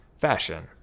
fashion